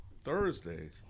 Thursday